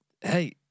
Hey